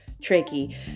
tricky